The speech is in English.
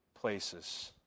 places